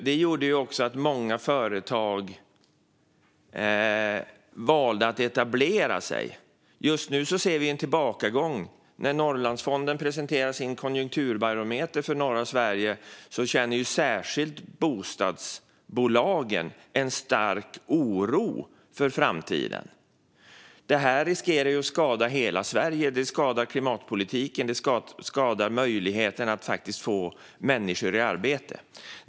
Det gjorde också att många företag valde att etablera sig där. Just nu ser vi en tillbakagång. I Norrlandsfondens konjunkturbarometer för norra Sverige kunde man se att just bostadsbolagen känner en stark oro för framtiden. Det här riskerar att skada hela Sverige. Det skadar klimatpolitiken, och det skadar möjligheten att få människor i arbete.